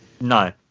No